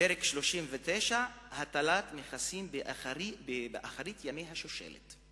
פרק 39, הטלת מכסים באחרית ימי השושלת.